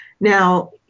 now